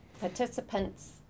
participants